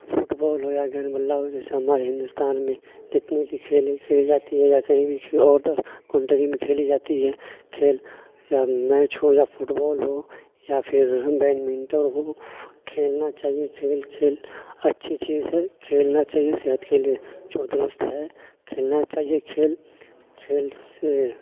fit بال ہو یا گیند بلا ہو جیسا ہمارے ہندوستان میں جتنی بھی کھیل کھیلی جاتی ہے یا کہیں بھی کھیل آؤٹ آف کنٹری میں کھیلی جاتی ہے کھیل یا میچ ہو یا فٹ بال ہو یا پھر بیڈمنٹن ہو کھیلنا چاہیے کھیل کھیل اچھی چیز ہے کھیلنا چاہیے صحت کے لیے درست ہے کھیلنا چاہیے کھیل کھیل سے